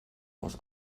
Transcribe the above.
aus